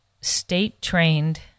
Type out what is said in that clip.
state-trained